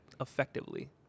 effectively